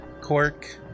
Cork